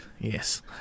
Yes